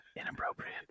inappropriate